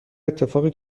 اتفاقی